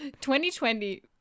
2020